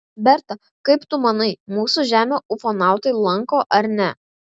berta kaip tu manai mūsų žemę ufonautai lanko ar ne